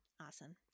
Awesome